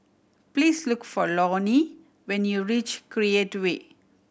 please look for Loree when you reach Create Way